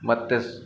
ಮತ್ತೆ ಸ್